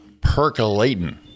percolating